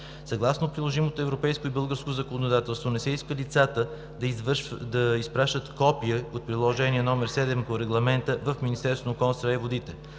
Съгласно приложимото европейско и българско законодателство не се иска лицата да изпращат копия от Приложение № 7 по Регламента в Министерството на околната среда и водите.